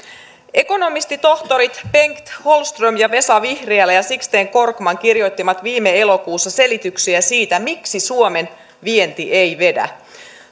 ekonomistitohtorit bengt holmström vesa vihriälä ja sixten korkman kirjoittivat viime elokuussa selityksiä siitä miksi suomen vienti ei vedä